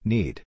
Need